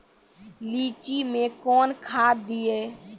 लीची मैं कौन खाद दिए?